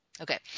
Okay